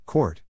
Court